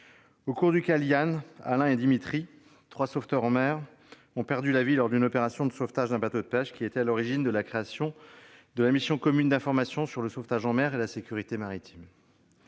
au cours duquel Yann, Alain et Dimitri, trois sauveteurs en mer, ont perdu la vie lors d'une opération de sauvetage d'un bateau de pêche. Ce drame a été à l'origine de la création de la mission commune d'information sur le sauvetage en mer et la sécurité maritime.